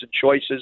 Choices